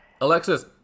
Alexis